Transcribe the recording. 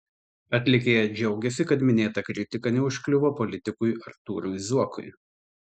atlikėja džiaugiasi kad minėta kritika neužkliuvo politikui artūrui zuokui